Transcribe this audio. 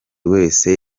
wese